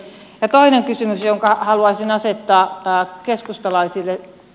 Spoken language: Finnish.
toinen kysymys jonka haluaisin asettaa keskustalaisille